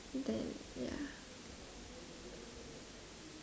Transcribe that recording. then ya